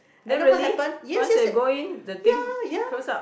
then really once they go in the thing close up